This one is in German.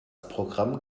programm